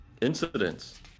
incidents